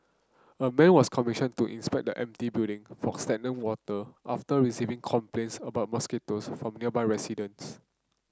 a man was commissioned to inspect the empty building for stagnant water after receiving complaints about mosquitoes from nearby residents